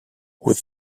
with